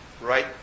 right